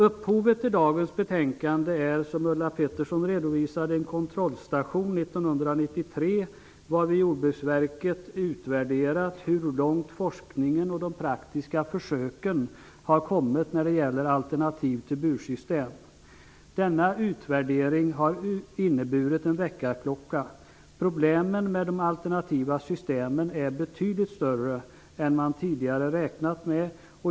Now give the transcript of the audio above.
Upphovet till dagens betänkande är, som Ulla 1993, varvid Jordbruksverket utvärderade hur långt forskningen och de praktiska försöken har kommit när det gäller alternativ till bursystem. Denna utvärdering har fungerat som en väckarklocka -- problemen med de alternativa systemen är betydligt större än man tidigare räknat med.